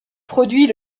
produit